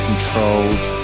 controlled